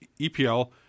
EPL